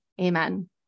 Amen